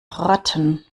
ratten